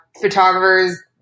photographers